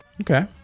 Okay